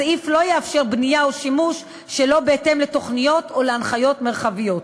הסעיף לא יאפשר בנייה או שימוש שלא בהתאם לתוכניות או להנחיות מרחביות.